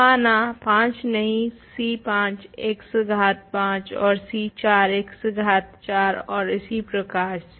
तो माना 5 नहीं c5 x घात 5 और c4 x घात 4 और इसी प्रकार से